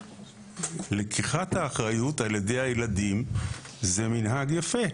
לקיחת האחריות על ידי הילדים היא מנהג יפה.